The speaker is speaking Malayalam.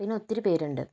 പിന്നെ ഒത്തിരി പേരുണ്ട്